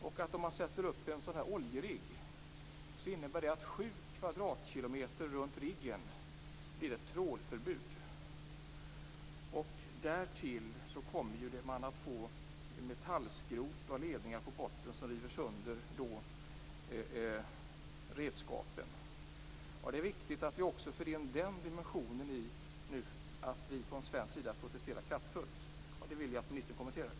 Om en oljerigg sätts upp innebär det ett trålförbud inom ett område omfattande sju kvadratkilometer runt riggen. Därtill kommer att metallskrot och ledningar på botten river sönder redskapen. Det är viktigt att också föra in den dimensionen i den kraftfulla protesten från svensk sida. Det vill jag att ministern kommenterar.